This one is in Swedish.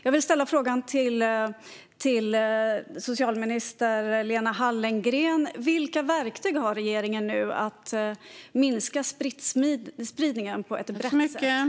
Jag vill ställa frågan till socialminister Lena Hallengren: Vilka verktyg har regeringen nu för att minska smittspridningen på ett brett sätt?